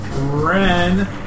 Ren